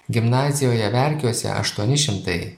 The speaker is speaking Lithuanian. gimnazijoje verkiuose aštuoni šimtai